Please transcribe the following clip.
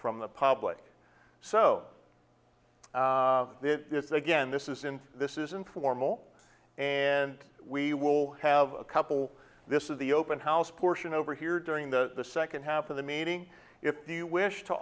from the public so this is again this is in this is informal and we will have a couple this is the open house portion over here during the second half of the meeting if you wish to